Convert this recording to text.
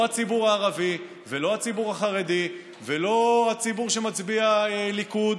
לא הציבור הערבי ולא הציבור החרדי ולא הציבור שמצביע ליכוד